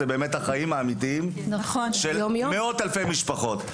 עוסק בחיים האמיתיים ובאמת של מאות אלפי משפחות.